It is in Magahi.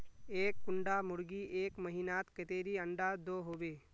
एक कुंडा मुर्गी एक महीनात कतेरी अंडा दो होबे?